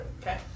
Okay